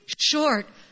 short